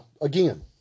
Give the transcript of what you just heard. Again